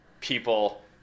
people